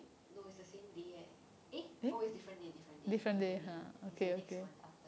no it's the same day eh eh oh it's different day different day usually it's the next one after